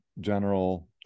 General